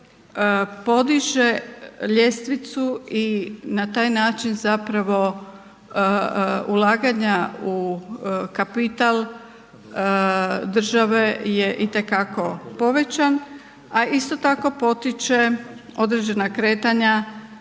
podiže ljestvicu i na taj način zapravo ulaganja u kapital države je i te kako povećan, a isto tako potiče određena kretanja